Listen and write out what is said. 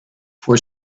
for